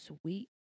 sweet